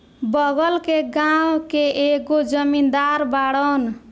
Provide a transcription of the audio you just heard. बगल के गाँव के एगो जमींदार बाड़न